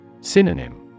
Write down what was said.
Synonym